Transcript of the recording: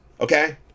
okay